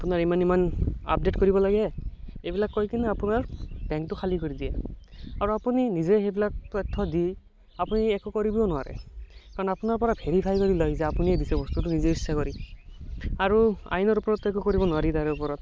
আপোনাৰ ইমান ইমান আপডেট কৰিব লাগে এইবিলাক কৈকেনে আপোনাৰ বেংকটো খালী কৰি দিয়ে আৰু আপুনি নিজে সেইবিলক তথ্য দি আপুনি একো কৰিব নোৱাৰে কাৰণ আপোনাৰ পৰা ভেৰিফাই কৰি লৈ যায় আপুনি দিছে বস্তুটো নিজে ইচ্ছা কৰি আৰু আইনৰ ওপৰতো একো কৰিব নোৱাৰি তাৰ ওপৰত